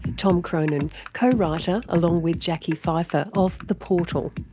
tom cronin, co-writer along with jacqui fifer of the portal.